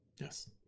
Yes